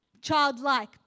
Childlike